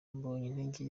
mbonyintege